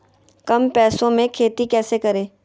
कम पैसों में खेती कैसे करें?